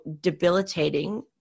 debilitating